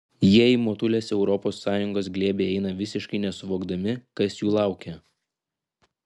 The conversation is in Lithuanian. jie į motulės europos sąjungos glėbį eina visiškai nesuvokdami kas jų laukia